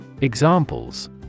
Examples